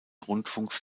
rundfunks